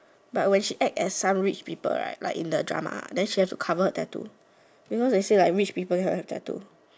but when she act as some rich people right like in drama then she have to cover the tattoo because they say like rich people don't have tattoo